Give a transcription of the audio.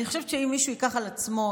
אני חושבת שאם מישהו ייקח על עצמו,